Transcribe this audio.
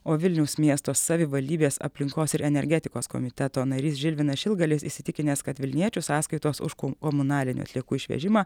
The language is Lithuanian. o vilniaus miesto savivaldybės aplinkos ir energetikos komiteto narys žilvinas šilgalis įsitikinęs kad vilniečių sąskaitos už ku komunalinių atliekų išvežimą